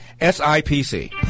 SIPC